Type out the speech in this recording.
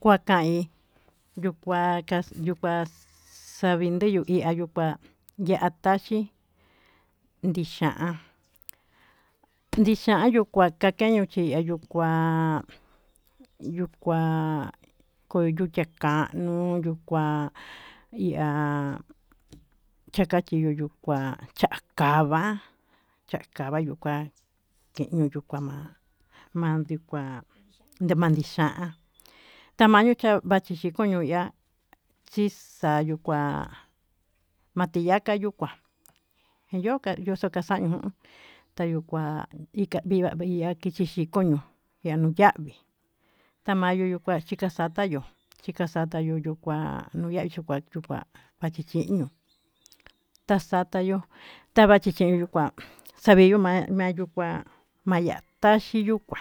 Kuakain yuu kuaka yuu kuá, xa'a vindeyu yayuu kuá ya'á tachí ndixhán ndixhian nuu kuan nikan kakeño xhiya'a yuu kuá, va'a yuu kuá koyucha kanuu yuu kuá iha chakayiyu yuu kuá cha'a kava cha'a kava yuu kuá kini yuka'a ma'a mandi kua nimanixhan tamaño chá vachí xhi koño ihá, yixa'a yuu kuá matiyaka yuu kuá yo'o ka'a yuxuu kua xanió tayió kua inka ika vixhí koño iha nuu yaví, tamayu yuu kua xhikaxata yo'ó xhikaxata yuu yukuá nuu ya'a yaxukuá, kua chichiño taxata yo'ó tava'a chichin yo'o kuán xavii yuu ma'a kachí yuu kuá maya'a taxhi yuu kuá